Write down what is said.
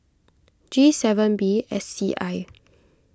G seven B S C I